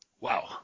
Wow